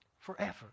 Forever